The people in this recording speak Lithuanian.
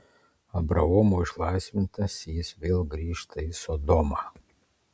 abraomo išlaisvintas jis vėl grįžta į sodomą